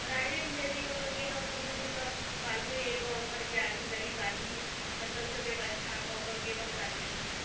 प्राइवेटमे अथी कऽके गेलहुँ तऽ बूझू तऽ मालूमे अइ गाँव घरके आदमी गरीब आदमी कतऽ से व्यवस्था कऽके गेलहुँ प्राइवेटमे